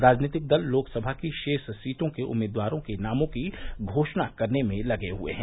राजनीतिक दल लोकसभा की शेष सीटों के उम्मीदवारों के नामों की घोषणा करने में लगे हुए हैं